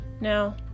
Now